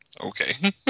Okay